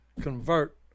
convert